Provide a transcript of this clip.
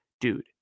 dude